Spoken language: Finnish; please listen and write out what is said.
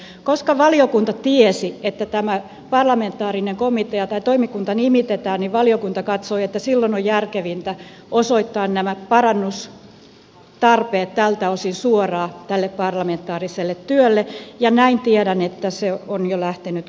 koska valiokunta tiesi että tämä parlamentaarinen komitea tai toimikunta nimitetään valiokunta katsoi että silloin on järkevintä osoittaa nämä parannustarpeet tältä osin suoraan tälle parlamentaariselle työlle ja tiedän että se on näin jo lähtenyt käyntiin